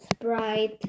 Sprite